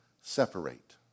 separate